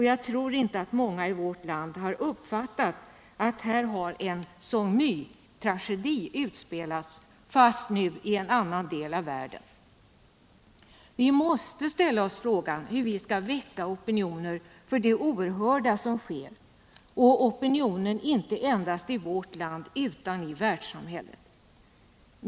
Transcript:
Jag tror inte att många i vårt land har uppfattat att en Song My-tragedi utspelats, fast nu i en annan del av världen. Vi måste ställa oss frågan hur vi skall väcka opinion inför det oerhörda som sker, opinionen inte endast i vårt land utan i världssamhället.